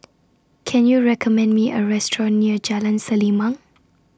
Can YOU recommend Me A Restaurant near Jalan Selimang